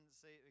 say